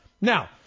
Now